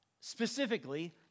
specifically